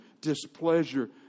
displeasure